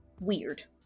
Weird